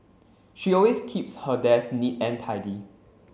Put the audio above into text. she always keeps her desk neat and tidy